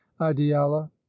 ideala